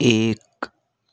एक